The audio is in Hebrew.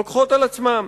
לוקחות על עצמן.